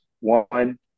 one